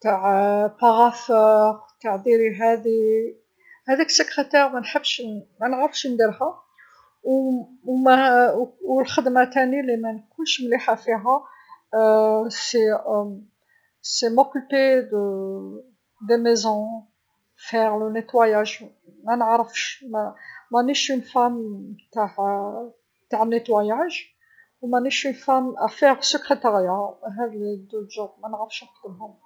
تع بارافور تع ديري هاذي، هذاك سكريتير منحبش منعرفش نديرها، و الخدمه تاني لمنكونش مليحه فيها هي نتكلف بديار، ندير تنظيف، منعرفش، مانيش مرا تع تنظيف، و مانيش مرا تع باش ندير سكريتير، هذو زوج شغل منعرفش نخدمهم.